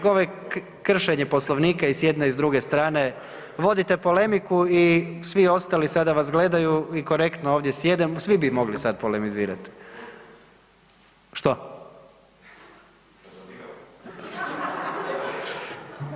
Kršenje Poslovnika i s jedne i s druge strane, vodite polemiku i svi ostali sada vas gledaju i korektno ovdje sjede, svi bi mogli sada polemizirati. … [[Upadica se ne razumije.]] Što?